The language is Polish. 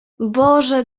boże